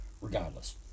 regardless